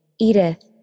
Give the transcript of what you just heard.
Edith